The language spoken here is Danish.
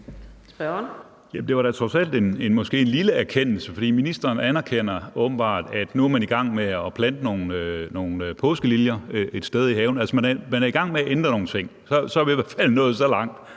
Det var da trods alt måske en lille erkendelse, for ministeren anerkender åbenbart, at nu er man i gang med at plante nogle påskeliljer et sted i haven, altså man er i gang med at ændre nogle ting. Så er vi i hvert fald nået så langt: